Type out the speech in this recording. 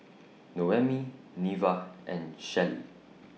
Noemi Neva and Shellie